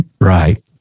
Right